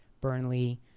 Burnley